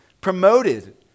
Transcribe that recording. Promoted